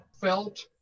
felt